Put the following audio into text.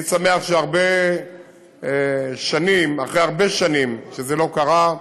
אני שמח שאחרי הרבה שנים שזה לא קרה,